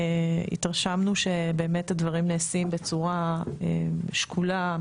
התרשמנו שבאמת הדברים נעשים בצורה שקולה,